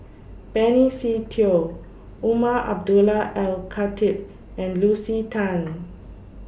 Benny Se Teo Umar Abdullah Al Khatib and Lucy Tan